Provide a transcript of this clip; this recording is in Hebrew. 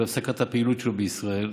על הפסקת הפעילות שלו בישראל.